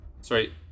Sorry